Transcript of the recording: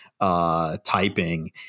Typing